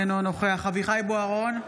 אינו נוכח אביחי אברהם בוארון,